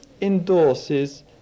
endorses